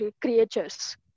creatures